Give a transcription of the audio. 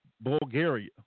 Bulgaria